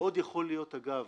מאוד יכול להיות, אגב,